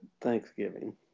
Thanksgiving